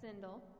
Sindel